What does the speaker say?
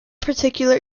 particular